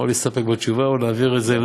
או להסתפק בתשובה, או להעביר את זה,